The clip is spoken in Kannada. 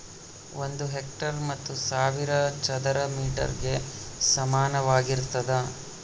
ಒಂದು ಹೆಕ್ಟೇರ್ ಹತ್ತು ಸಾವಿರ ಚದರ ಮೇಟರ್ ಗೆ ಸಮಾನವಾಗಿರ್ತದ